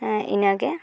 ᱤᱱᱟᱹᱜᱮ